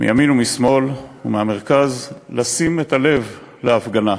מימין ומשמאל ומהמרכז, לשים את הלב להפגנה,